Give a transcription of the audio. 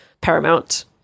paramount